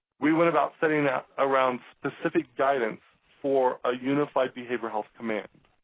we went about sending that around specific guidance for a unified behavioral health command.